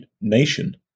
nation